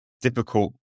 difficult